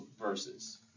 verses